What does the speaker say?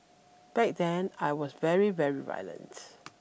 back then I was very very violent